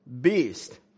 beast